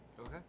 Okay